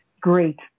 Great